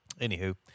anywho